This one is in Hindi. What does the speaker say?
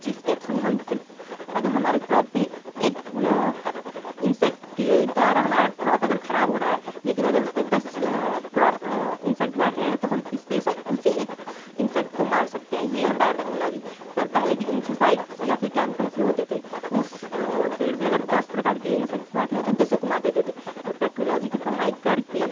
जिसके थ्रू हम सिर्फ अगर हमारे क्रॉप पे एक इंसेक्ट के द्वारा हमारा क्रॉप अगर खराब हो रहा है लेकिन अगर उसपे दस क्रॉप इंसेक्ट बैठे हैं तो हम इस्पेसल उसी एक इंसेक्ट को मार सकते हैं ये है बायो टेक्नोलॉजी पर पहले के इंसेसाइड्स या फिर कैमिकल्स जो होते थे उस पेड़ पे अगर दस प्रकार के इंसेक्ट्स बैठे हैं तो दसों को मार देते थे तो टेक्नोलॉजी की पढ़ाई करके